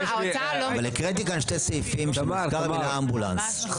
הקראתי כאן שני סעיפים שמוזכר בהם האמבולנס.